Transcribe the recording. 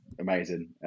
amazing